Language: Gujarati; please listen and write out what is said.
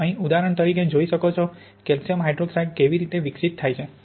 તમે અહીં ઉદાહરણ તરીકે જોઈ શકો છો કેલ્શિયમ હાઇડ્રોક્સાઇડ કેવી રીતે વિકસિત થાય છે